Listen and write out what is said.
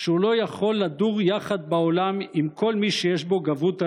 שהוא לא יכול לדור יחד בעולם עם כל מי שיש בו גבהות הלב,